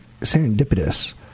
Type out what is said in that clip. serendipitous